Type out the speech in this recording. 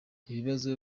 ibibazo